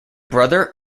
brother